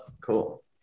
cool